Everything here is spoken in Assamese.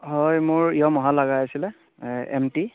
হয় মোৰ য়ামাহা লাগা হৈছিলে এম টি